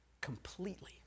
completely